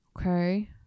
Okay